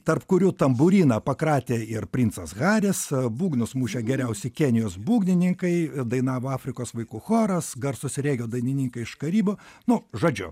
tarp kurių tambūriną pakratė ir princas haris būgnus mušė geriausi kenijos būgnininkai dainavo afrikos vaikų choras garsūs rėgio dainininkai iš karibų nu žodžiu